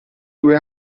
due